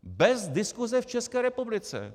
Bez diskuse v České republice.